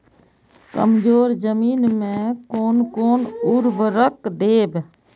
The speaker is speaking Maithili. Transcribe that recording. कमजोर जमीन में कोन कोन उर्वरक देब?